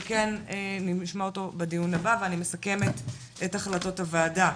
שכן נשמע אותו בדיון הבא ואני מסכמת את החלטות הוועדה.